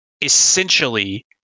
essentially